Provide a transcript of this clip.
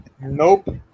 Nope